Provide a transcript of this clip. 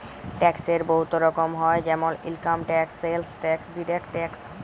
ট্যাক্সের বহুত রকম হ্যয় যেমল income tax, sales tax, direct tax